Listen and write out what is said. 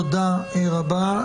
תודה רבה.